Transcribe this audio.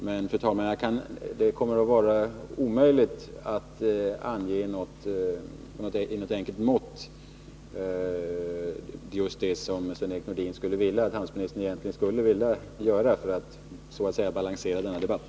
Men, fru talman, det kommer att vara omöjligt att ange något enkelt mått, vilket är just vad Sven-Erik Nordin skulle vilja att handelsministern gjorde för att så att säga balansera denna debatt.